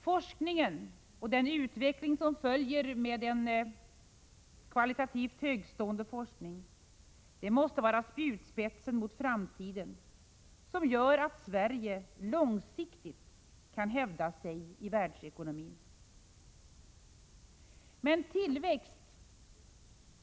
Forskningen och den utveckling som följer med en kvalitativt högtstående forskning måste vara den spjutspets mot framtiden som gör att Sverige långsiktigt kan hävda sig i världsekonomin.